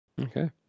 Okay